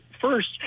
first